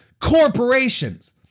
corporations